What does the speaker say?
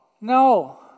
No